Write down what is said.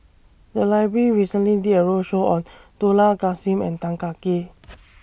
The Library recently did A roadshow on Dollah Kassim and Tan Kah Kee